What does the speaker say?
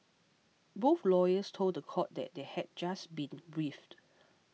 both lawyers told the court that they had just been briefed